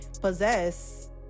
possess